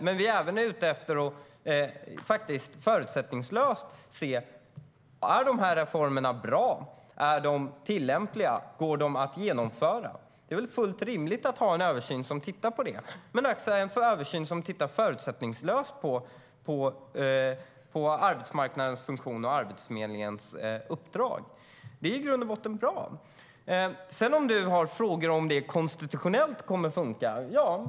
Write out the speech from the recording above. Men vi är även ute efter att förutsättningslöst se om de här reformerna är bra och tillämpliga och går att genomföra. Det är väl fullt rimligt att göra en översyn som tittar förutsättningslöst på arbetsmarknadens funktion och Arbetsförmedlingens uppdrag. Det är i grund och botten bra. Raimo Pärssinen undrar om det kommer att funka konstitutionellt.